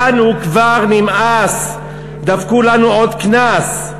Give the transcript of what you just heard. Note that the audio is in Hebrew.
/ לנו כבר נמאס, דפקו לנו עוד קנס".